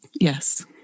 Yes